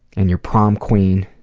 and you're prom queen